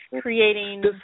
creating